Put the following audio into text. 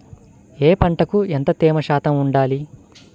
ఏ పంటకు ఎంత తేమ శాతం ఉండాలి?